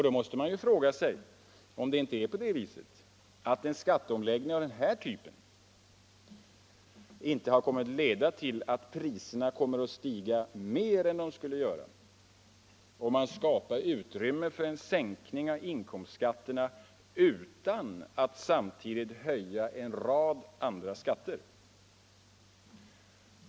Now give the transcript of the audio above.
Då måste man fråga sig om det inte är på det viset att en skatteomläggning av den här typen har kommit att leda till att priserna kommer att stiga mer än de skulle göra om man skapat utrymme för en sänkning av inkomstskatterna utan att samtidigt höja en rad andra skatter.